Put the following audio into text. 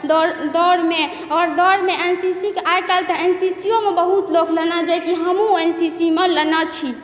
दौड़ दौड़ मे आओर दौड़मे एन सी सी के आइकाल्हि तऽ एन सी सी योमे बहुत लोक लेना छै हमहूँ एन सी सी मे लेना छी